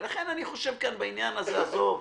לכן אני חושב בעניין הזה, עזוב.